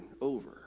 over